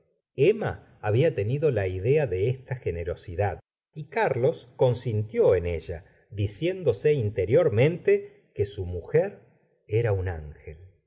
emma había tenido la idea de esta generosidad y carlos consintió en ella diciéndose interiormente que su mujer era un ngel